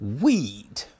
weed